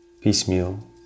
piecemeal